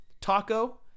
taco